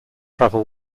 travel